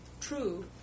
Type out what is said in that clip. true